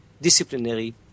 disciplinary